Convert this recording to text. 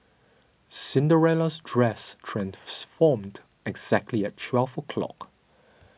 Cinderella's dress exactly at twelve o'clock